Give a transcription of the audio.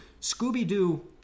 Scooby-Doo